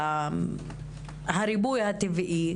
הריבוי הטבעי,